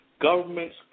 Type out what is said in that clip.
governments